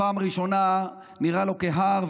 בפעם הראשונה זה נראה לו כהר,